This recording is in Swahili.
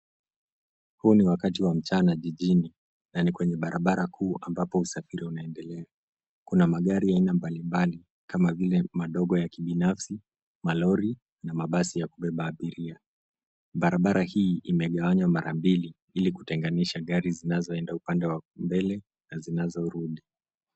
Huu ni wakati wa mchana jijini na ni kwenye barabara kuu ambapo usafiri unaendelea. Kuna magari ya aina mbalimbali kama vile madogo ya kibinafsi, malori na mabasi ya kubeba abiria. Barabara hii imegawanywa mara mbili ili kutenganisha gari zinazoenda upande wa mbele na zinazorudi.